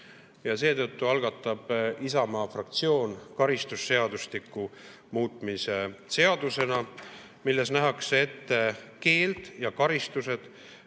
Seetõttu algatab Isamaa fraktsioon karistusseadustiku muutmise eelnõu, milles nähakse ette keeld ja karistused